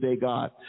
God